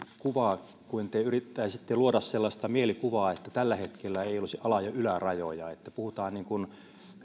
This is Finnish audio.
kuva kuin te yrittäisitte luoda sellaista mielikuvaa että tällä hetkellä ei olisi ala ja ylärajoja että puhutaan niin kuin